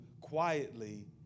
quietly